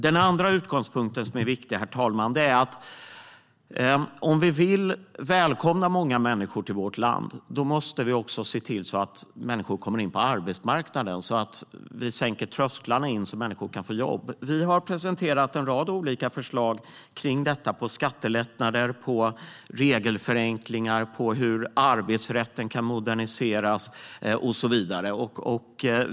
Den andra utgångspunkt som är viktig, herr talman, är att om vi vill välkomna många människor till vårt land måste vi också se till att människor kommer in på arbetsmarknaden. Vi måste sänka trösklarna, så att människor kan få jobb. Vi har presenterat en rad olika förslag för detta. Dessa gäller skattelättnader, regelförenklingar, moderniserad arbetsrätt och så vidare.